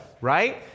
right